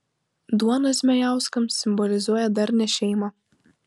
duona zmejauskams simbolizuoja darnią šeimą